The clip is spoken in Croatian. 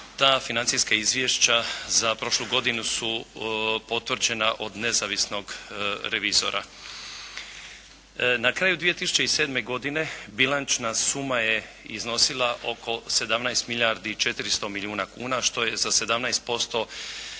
ta financijska izvješća za prošlu godinu su potvrđena od nezavisnog revizora. Na kraju 2007. godine bilančna suma je iznosila oko 17 milijardi 400 milijuna kuna, što je za 17%